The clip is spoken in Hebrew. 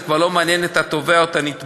זה כבר לא מעניין את התובע או את הנתבע,